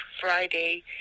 Friday